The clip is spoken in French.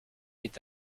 est